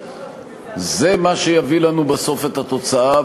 שזה מה שיביא לנו בסוף את התוצאה,